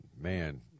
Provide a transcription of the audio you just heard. man